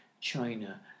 China